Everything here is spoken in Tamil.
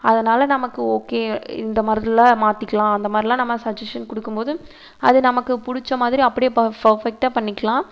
அதனால் நமக்கு ஓகே இந்தமாதிரிலாம் மாற்றிக்கிலாம் அந்தமாதிரிலாம் நம்ம சஜஷன் கொடுக்கும்போது அது நமக்கு பிடிச்சமாதிரி அப்படியே பர்ஃபெக்ட்டாக பண்ணிக்கலாம்